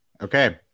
Okay